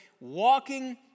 walking